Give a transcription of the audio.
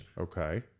Okay